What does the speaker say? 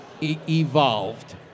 evolved